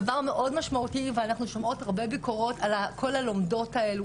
דבר מאוד משמעותי אנחנו שומעות הרבה ביקורות על הלומדות האלה.